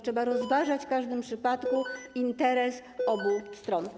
Trzeba rozważać w każdym przypadku interes obu stron.